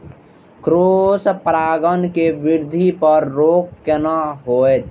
Cross परागण के वृद्धि पर रोक केना होयत?